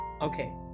Okay